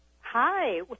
Hi